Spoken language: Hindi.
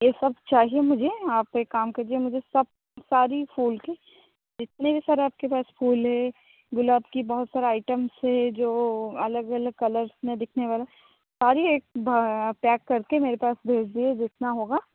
ये सब चाहिए मुझे आप एक कम कीजिए मुझे सब सारी फूल के जितने भी सर आपके पास फूल है गुलाब की बहुत सारा आइटम से जो अलग अलग कलर्स में दिखने वाला सारी पैक करके मेरे पास भेज दीजिए जितना होगा